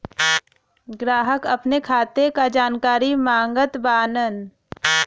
ग्राहक अपने खाते का जानकारी मागत बाणन?